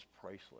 priceless